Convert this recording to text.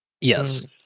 Yes